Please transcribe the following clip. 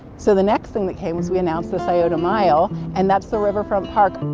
so, the next thing that came was we announced the scioto mile, and that's the riverfront park! and